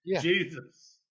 Jesus